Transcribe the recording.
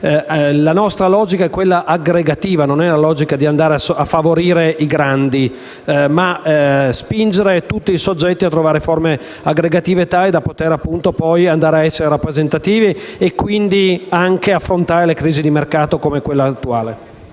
La nostra logica è aggregativa: non è volta a favorire i grandi, ma a spingere tutti i soggetti a trovare forme aggregative tali da poter poi essere rappresentativi e quindi anche affrontare le crisi di mercato come quella attuale.